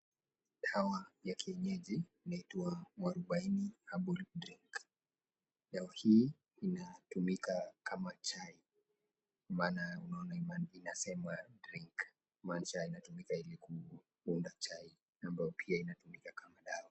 Dawa ya kienyeji inaitwa mwarubaini herbal drink, dawa hii inatumika kama chai maana unaona inasemwa drink kumaanisha inatumika ili kuunda chai ambayo pia inatumika kama dawa.